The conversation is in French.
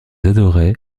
adorait